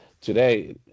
today